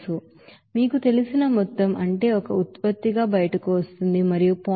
ఇది మీకు తెలిసిన మొత్తం అంటే ఒక ఉత్పత్తిగా బయటకు వస్తోంది మరియు 0